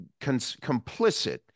complicit